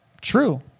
True